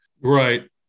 Right